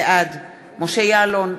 בעד משה יעלון,